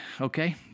Okay